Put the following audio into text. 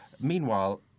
meanwhile